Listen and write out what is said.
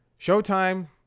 Showtime